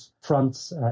fronts